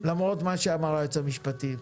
למרות מה שאמר היועץ המשפטי,